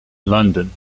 london